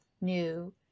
new